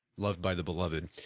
love by the beloved.